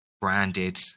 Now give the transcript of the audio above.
branded